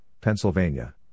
Pennsylvania